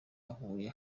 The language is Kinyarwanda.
huye